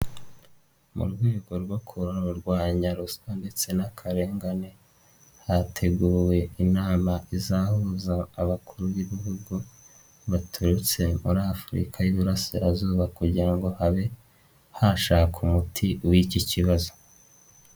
Mu rwego rwo kurwanya ruswa ndetse n'akarengane, hateguwe inama izahuza abakuru b'ibihugu baturutse muri afurika y'iburasirazuba kugira ngo habe hashakwa umuti w'iki kibazo.